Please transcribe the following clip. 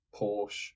Porsche